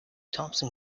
thompson